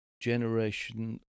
generation